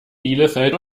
bielefeld